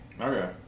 Okay